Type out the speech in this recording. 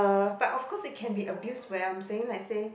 but of course it can be abused where I'm saying let's say